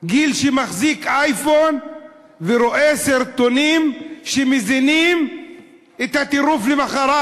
שמחזיק אייפון ורואה סרטונים שמזינים את הטירוף למחרת.